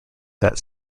that